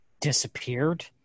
disappeared